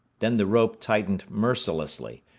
then the rope tightened mercilessly,